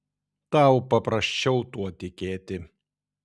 tau paprasčiau tuo tikėti